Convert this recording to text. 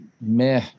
meh